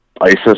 ISIS